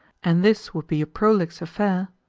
and this would be a prolix affair,